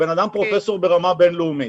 הבן אדן פרופסור ברמה בין-לאומית,